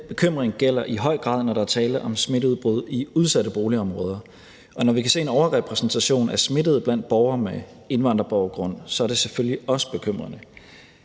bekymring gælder i høj grad, når der er tale om smitteudbrud i udsatte boligområder. Og når vi kan se en overrepræsentation af smittede blandt borgere med indvandrerbaggrund, er det selvfølgelig også bekymrende.